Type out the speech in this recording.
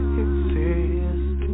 exist